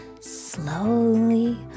slowly